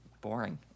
boring